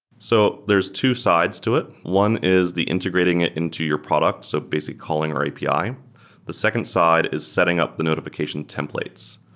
so there's two sides to it. one is the integrating it into your product, so basic calling our api. the second side is setting up the notifi cation templates,